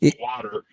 water